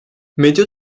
medya